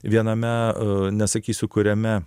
viename nesakysiu kuriame